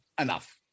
enough